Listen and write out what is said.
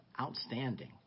Outstanding